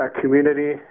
community